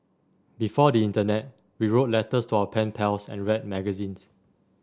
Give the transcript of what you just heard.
before the internet we wrote letters to our pen pals and read magazines